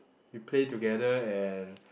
we play together and